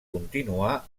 continuar